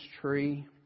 tree